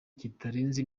kitarenze